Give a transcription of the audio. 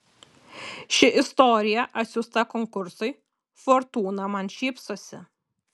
ši istorija atsiųsta konkursui fortūna man šypsosi